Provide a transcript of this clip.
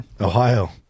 Ohio